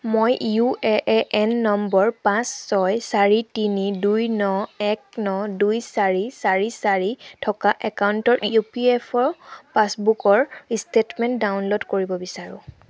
মই UAN number পাঁচ ছয় চাৰি তিনি দুই ন এক ন দুই চাৰি চাৰি চাৰি থকা একাউণ্টৰ ইপিএফঅ' পাছবুকৰ ষ্টেটমেণ্ট ডাউনলোড কৰিব বিচাৰোঁ